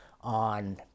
on